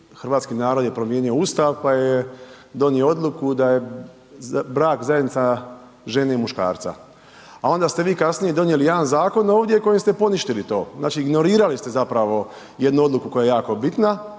hrvatski narod je promijenio Ustav pa je donio odluku da je brak zajednica žene i muškarca, a onda ste vi kasnije donijeli jedan zakon ovdje kojim ste poništili to, znači ignorirali ste zapravo jednu odluku koja je jako bitna